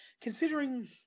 considering